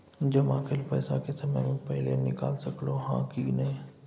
जमा कैल पैसा के समय से पहिले निकाल सकलौं ह की नय?